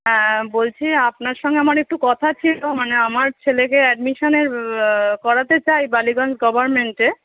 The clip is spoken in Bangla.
হ্যাঁ বলছি আপনার সঙ্গে আমার একটু কথা ছিলো মানে আমার ছেলেকে অ্যাডমিশানের করাতে চাই বালিগঞ্জ গভার্মেন্টে